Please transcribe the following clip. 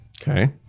Okay